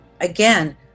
Again